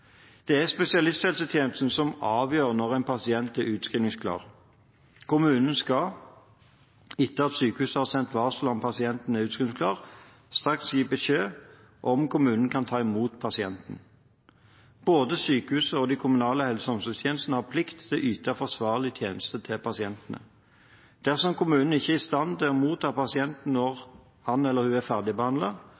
Det er spesialisthelsetjenesten som avgjør når en pasient er utskrivningsklar. Kommunen skal, etter at sykehuset har sendt varsel om at pasienten er utskrivningsklar, straks gi beskjed om kommunen kan ta imot pasienten. Både sykehuset og de kommunale helse- og omsorgstjenestene har plikt til å yte forsvarlige tjenester til pasientene. Dersom kommunen ikke er i stand til å motta pasienten når han eller hun er